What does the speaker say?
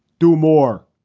do more